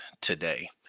today